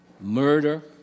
murder